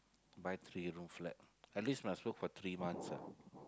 buy three room flat at least must look for three months lah